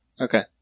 okay